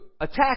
attack